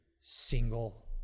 single